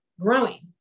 growing